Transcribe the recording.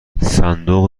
صندوق